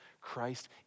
Christ